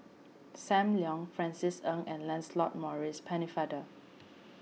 Sam Leong Francis Ng and Lancelot Maurice Pennefather